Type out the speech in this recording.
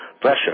pressure